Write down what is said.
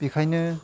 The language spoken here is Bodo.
बिखायनो